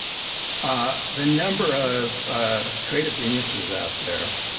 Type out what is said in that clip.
ah the number of ah creative geniuses out there.